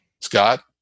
Scott